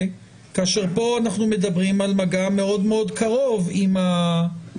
כאשר כאן אנחנו מדברים על מגע מאוד מאוד קרוב עם המאומת.